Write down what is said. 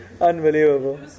Unbelievable